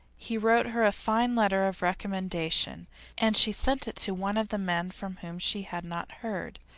he wrote her a fine letter of recommendation and she sent it to one of the men from whom she had not heard,